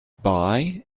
buy